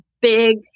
big